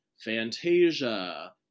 fantasia